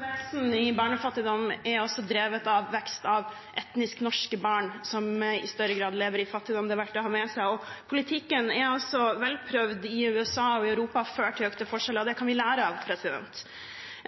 Veksten i barnefattigdom er drevet av vekst i antallet etnisk norske barn som i større grad lever i fattigdom. Det er verdt å ha med seg. Politikken er velprøvd i USA og i Europa. Den har ført til økte forskjeller, og det kan vi lære av.